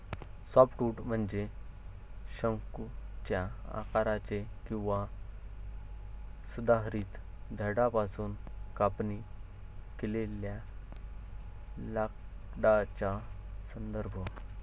softwood म्हणजे शंकूच्या आकाराचे किंवा सदाहरित झाडांपासून कापणी केलेल्या लाकडाचा संदर्भ